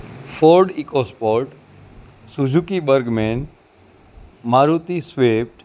Ford EcoSport Suzuki Burgman Maruti Swift